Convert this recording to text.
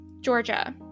Georgia